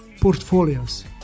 portfolios